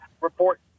report